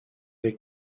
they